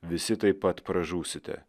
visi taip pat pražūsite